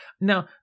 Now